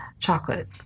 Chocolate